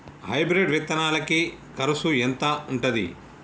Hybrid విత్తనాలకి కరుసు ఎంత ఉంటది?